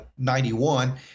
91